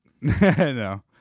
No